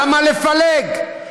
למה לפלג?